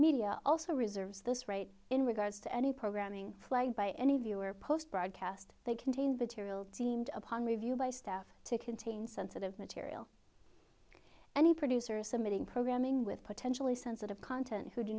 media also reserves this right in regards to any programming played by any viewer post broadcast they contain the tiriel deemed upon review by staff to contain sensitive material any producer submitting programming with potentially sensitive content who do